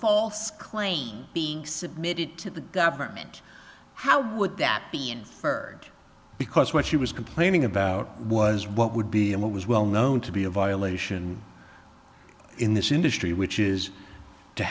false claim being submitted to the government how would that be inferred because what she was complaining about was what would be and what was well known to be a violation in this industry which is to